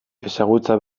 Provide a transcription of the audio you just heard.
ezagutza